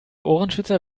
ohrenschützer